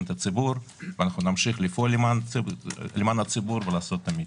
את הציבור ואנחנו נמשיך לפעול למען הציבור ולעשות את המיטב.